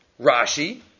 Rashi